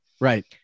right